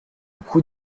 coût